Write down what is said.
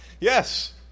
Yes